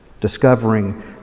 Discovering